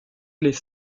les